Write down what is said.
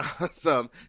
Awesome